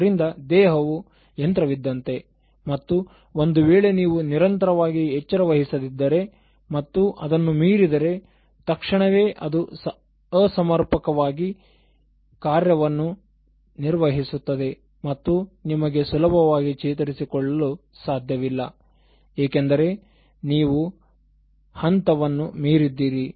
ಆದ್ದರಿಂದ ದೇಹವು ಯಂತ್ರ ವಿದ್ದಂತೆ ಮತ್ತು ಒಂದು ವೇಳೆ ನೀವು ನಿರಂತರವಾಗಿ ಎಚ್ಚರವಹಿಸದಿದ್ದರೆ ಮತ್ತು ಅದನ್ನು ಮೀರಿದರೆ ತಕ್ಷಣವೇ ಅದು ಅಸಮರ್ಪಕವಾಗಿ ಕಾರ್ಯವನ್ನು ನಿರ್ವಹಿಸುತ್ತದೆ ಮತ್ತು ನಿಮಗೆ ಸುಲಭವಾಗಿ ಚೇತರಿಸಿಕೊಳ್ಳಲು ಸಾಧ್ಯವಿಲ್ಲ ಸಾಧ್ಯವಿಲ್ಲ ಏಕೆಂದರೆ ನೀವು ಹಂತವನ್ನು ಮೀರಿದ್ದೀರಿ